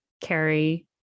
carry